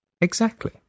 Exactly